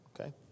Okay